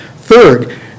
Third